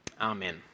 Amen